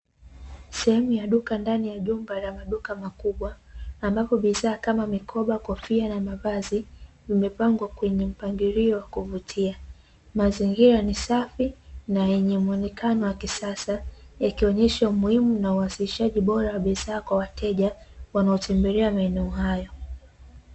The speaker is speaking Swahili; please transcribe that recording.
Sehemu ya ndani ya duka katika jumba la maduka makubwa, ambapo bidhaa kama mikoba kofia na mavazi zimepangwa kwenye mpangilio wa kuvutia, mazingira ni safi na yenye muonekano wa kisasa, yakionyesha umuhimi na uonyeshaji wa bidhaa bora kwa wateja wanaotembelea maeno hayo